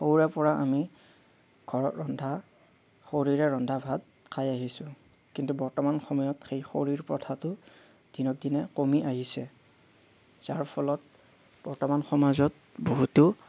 সৰুৰেপৰা আমি ঘৰত ৰন্ধা খৰিৰে ৰন্ধা ভাত খাই আহিছোঁ কিন্তু বৰ্তমান সময়ত সেই খৰিৰ প্ৰথাটো দিনক দিনে কমি আহিছে যাৰ ফলত বৰ্তমান সমাজত বহুতো